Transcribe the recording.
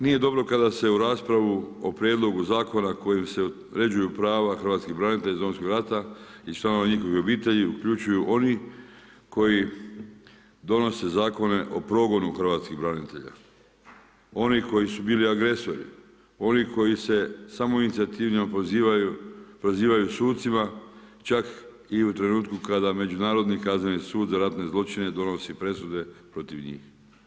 Nije dobro kada se u raspravu o prijedlogu zakona kojim se uređuju prava hrvatskih branitelja iz Domovinskog rata i članova njihovih obitelji uključuju oni koji donose zakone o progonu hrvatskih branitelja, oni koji su bili agresori, oni koji se samoinicijativno prozivaju sucima, čak i u trenutku kada Međunarodni kazneni sud za ratne zločine donosi presude protiv njih.